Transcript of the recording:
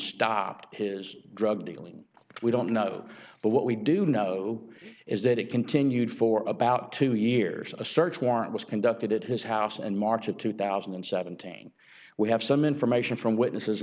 stopped his drug dealing we don't know but what we do know is that it continued for about two years a search warrant was conducted at his house and march of two thousand and seven thing we have some information from witnesses